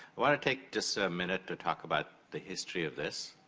wanna take just a minute to talk about the history of this.